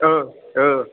औ औ